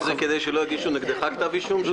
זה כדי שלא יגישו נגדך כתב אישום?